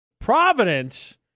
Providence